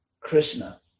Krishna